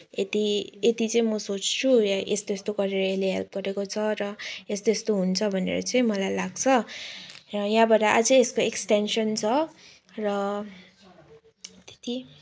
यति यति चाहिँ म सोच्छु यस्तो यस्तो गरेर यसले हेल्प गरेको छ र यस्तो यस्तो हुन्छ भनेर चाहिँ मलाई लाग्छ र यहाँबाट अझै यसको एक्सटेन्सन छ र त्यति